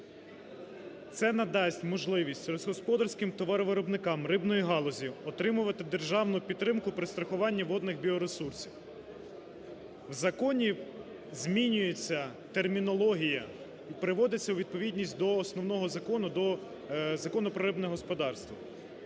Це надасть можливість сільськогосподарським товаровиробникам рибної галузі отримувати державну підтримку при страхуванні водних біоресурсів. В законі змінюється термінологія і приводиться у відповідність до основного закону, до Закону про рибне господарство.